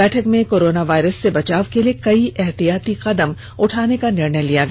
बैठक में corona virus से बचाव के लिए कई एहतियाती कदम उठाने का निर्णय लिया गया